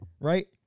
Right